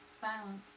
Silence